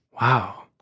Wow